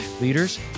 Leaders